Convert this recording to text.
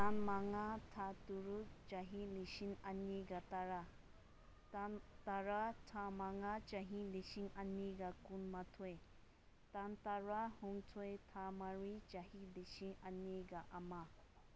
ꯇꯥꯡ ꯃꯉꯥ ꯊꯥ ꯇꯔꯨꯛ ꯆꯍꯤ ꯂꯤꯁꯤꯡ ꯑꯅꯤꯒ ꯇꯔꯥ ꯇꯥꯡ ꯇꯔꯥ ꯊꯥ ꯃꯉꯥ ꯆꯍꯤ ꯂꯤꯁꯤꯡ ꯑꯅꯤꯒ ꯀꯨꯟꯃꯥꯊꯣꯏ ꯇꯥꯡ ꯇꯔꯥ ꯍꯨꯝꯗꯣꯏ ꯊꯥ ꯃꯔꯤ ꯆꯍꯤ ꯂꯤꯁꯤꯡ ꯑꯅꯤꯒ ꯑꯃ